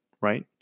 right